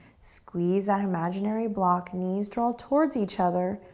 squeeze that imaginary block. knees draw towards each other.